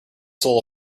soul